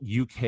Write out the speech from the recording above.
UK